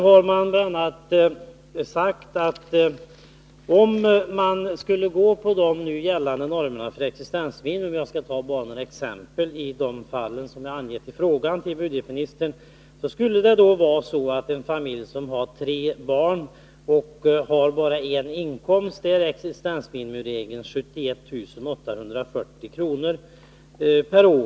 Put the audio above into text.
Jag skall bara ge några exempel på tillämpningen av de gällande normerna för existensminimum i de fall som jag har angivit i min fråga till budgetministern. För en familj som har tre barn och endast en inkomst är existensminimumgränsen 71 840 kr.